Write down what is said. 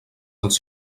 dels